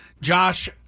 Josh